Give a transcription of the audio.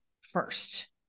first